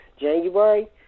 January